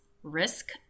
Risk